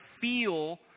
feel